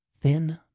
Thin